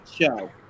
show